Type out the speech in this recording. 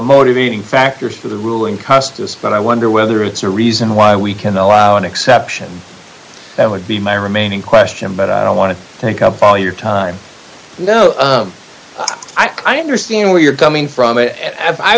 motivating factors for the ruling cost to us but i wonder whether it's a reason why we can allow an exception that would be my remaining question but i don't want to think up all your time no i understand where you're coming from and i